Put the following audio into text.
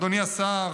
אדוני השר,